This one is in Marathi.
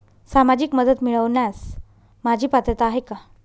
सामाजिक मदत मिळवण्यास माझी पात्रता आहे का?